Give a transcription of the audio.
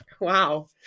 Wow